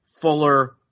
Fuller